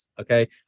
Okay